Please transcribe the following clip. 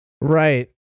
Right